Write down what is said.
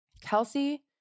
Kelsey